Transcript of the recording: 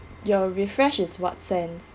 your refresh is what sense